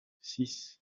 six